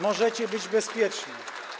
Możecie być bezpieczni.